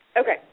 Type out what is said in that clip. okay